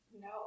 No